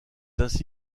ainsi